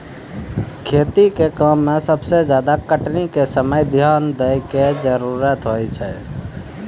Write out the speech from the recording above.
खेती के काम में सबसे ज्यादा कटनी के समय ध्यान दैय कॅ जरूरत होय छै